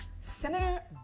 Senator